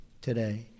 today